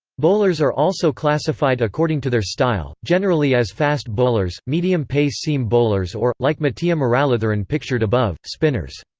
bowlers are also classified according to their style, generally as fast bowlers, medium pace seam bowlers or, like muttiah muralitharan pictured above, spinners.